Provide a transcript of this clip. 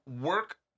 work